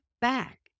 back